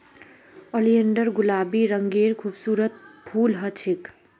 oleander गुलाबी रंगेर खूबसूरत फूल ह छेक